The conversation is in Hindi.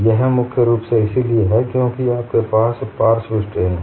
यह मुख्य रूप से इसलिए है क्योंकि आपके पास पार्श्व स्ट्रेन है